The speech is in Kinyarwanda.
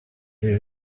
ibi